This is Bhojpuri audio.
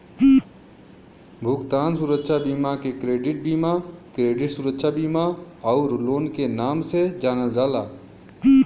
भुगतान सुरक्षा बीमा के क्रेडिट बीमा, क्रेडिट सुरक्षा बीमा आउर लोन के नाम से जानल जाला